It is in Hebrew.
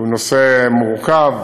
שהוא נושא מורכב.